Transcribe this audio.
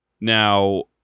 Now